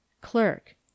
clerk